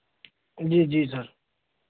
जी जी सर